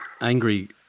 Angry